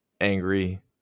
angry